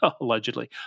allegedly